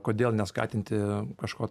kodėl neskatinti kažko